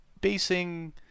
basing